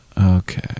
Okay